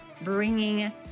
bringing